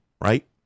right